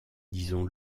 disons